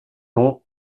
dons